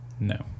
No